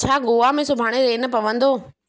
छा गोआ में सुभाणे रेन पवंदो